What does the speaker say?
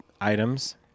items